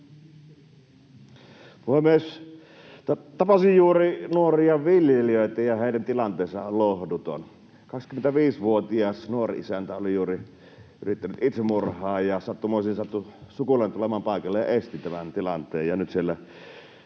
Puhemies! Tapasin juuri nuoria viljelijöitä, ja heidän tilanteensa on lohduton. 25-vuotias nuori-isäntä oli juuri yrittänyt itsemurhaa, ja sattumoisin sattui sukulainen tulemaan paikalle ja esti tämän tilanteen.